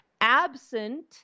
absent